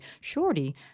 shorty